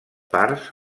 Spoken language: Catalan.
parts